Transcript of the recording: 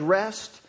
rest